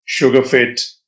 SugarFit